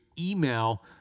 email